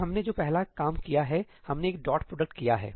तो हमने जो पहला काम किया है हमने एक डॉट प्रोडक्ट किया है